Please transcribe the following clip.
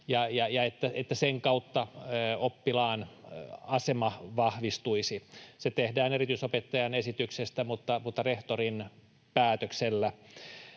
ja että sen kautta oppilaan asema vahvistuisi. Se tehdään erityisopettajan esityksestä mutta rehtorin päätöksellä.